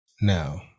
now